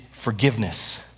forgiveness